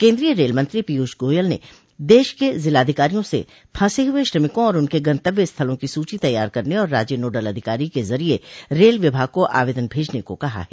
केन्द्रीय रेल मंत्री पीयूष गोयल ने देश के जिलाधिकारियों से फंसे हुए श्रमिकों और उनके गंतव्य स्थलों की सूची तैयार करने और राज्य नोडल अधिकारी के जरिये रेल विभाग को आवेदन भेजने को कहा है